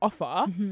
offer